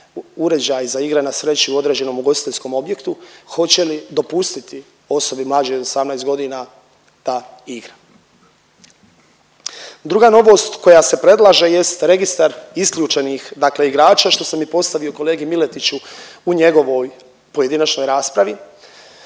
uređaj za igre na sreću u određenom ugostiteljskom objektu, hoće li dopustiti osobi mlađoj od 18 godina da igra. Druga novost koja se predlaže jest registar isključenih dakle igrača, što sam i postavio kolegi Miletiću u njegovoj pojedinačnoj raspravi,